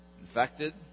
infected